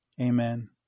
Amen